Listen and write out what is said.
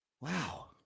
Wow